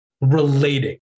relating